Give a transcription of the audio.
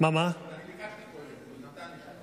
אני ביקשתי קודם, הוא נתן לי.